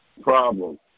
problem